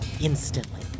Instantly